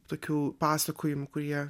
tokių pasakojimų kurie